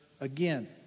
again